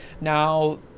Now